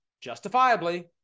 justifiably